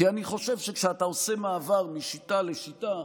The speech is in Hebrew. כי אני חושב שכשאתה עושה מעבר משיטה לשיטה,